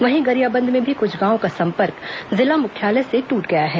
वहीं गरियाबंद में भी कुछ गांवों का संपर्क जिला मुख्यालय से ट्रट गया है